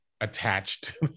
attached